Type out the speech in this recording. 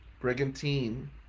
brigantine